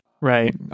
right